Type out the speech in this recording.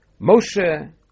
Moshe